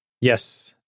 Yes